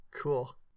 cool